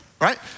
right